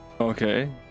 okay